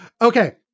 Okay